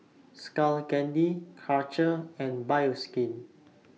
Skull Candy Karcher and Bioskin